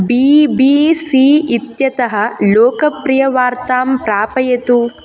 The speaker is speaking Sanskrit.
बी बी सी इत्यतः लोकप्रियवार्तां प्रापयतु